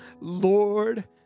Lord